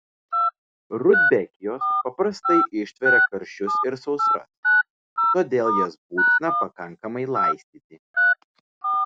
rudbekijos prastai ištveria karščius ir sausrą todėl jas būtina pakankamai laistyti